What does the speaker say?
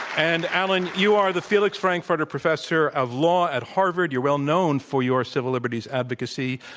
and, alan, you are the felix frankfurter professor of law at harvard. you're well known for your civil liberties advocacy.